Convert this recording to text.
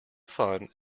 fun